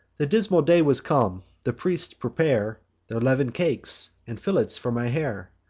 the dismal day was come the priests prepare their leaven'd cakes, and fillets for my hair.